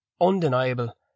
undeniable